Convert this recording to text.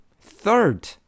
third